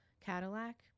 Cadillac